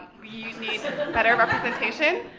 we need better representation,